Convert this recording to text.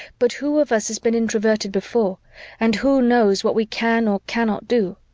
but who of us has been introverted before and who knows what we can or cannot do?